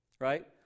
Right